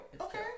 Okay